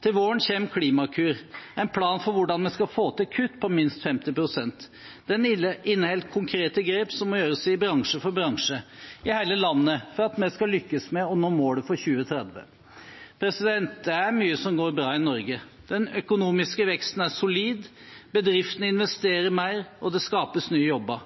Til våren kommer «klimakur», en plan for hvordan vi skal få til kutt på minst 50 pst. Den inneholder konkrete grep som må gjøres i bransje for bransje, i hele landet, for at vi skal lykkes med å nå målet for 2030. Det er mye som går bra i Norge. Den økonomiske veksten er solid, bedriftene investerer mer, og det skapes nye jobber.